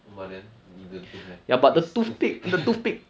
but then 你的 could have is toothpick